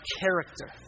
character